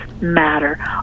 matter